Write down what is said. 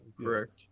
correct